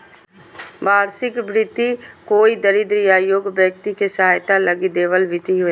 वार्षिक भृति कोई दरिद्र या योग्य व्यक्ति के सहायता लगी दैबल भित्ती हइ